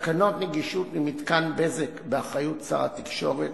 תקנות נגישות למתקן בזק, באחריות שר התקשורת,